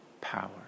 Power